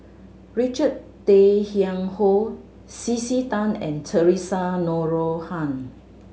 Richard Tay Tian Hoe C C Tan and Theresa Noronha